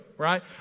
right